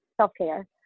self-care